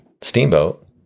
Steamboat